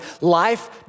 life